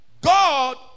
God